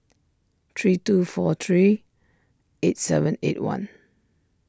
three two four three eight seven eight one